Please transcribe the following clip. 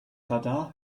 radar